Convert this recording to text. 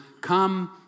come